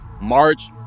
March